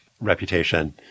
reputation